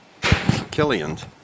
Killian's